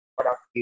product